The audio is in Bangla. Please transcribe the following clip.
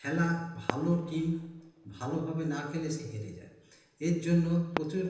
খেলা ভালো টিম ভালোভাবে না খেলে সে হেরে যায় এর জন্য প্রচুর